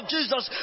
Jesus